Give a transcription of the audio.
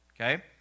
Okay